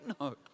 no